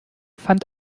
fand